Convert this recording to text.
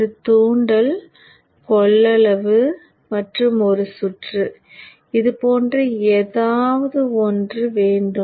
ஒரு தூண்டல் கொள்ளளவு மற்றும் ஒரு சுற்று இது போன்ற ஏதாவது வேண்டும்